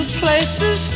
places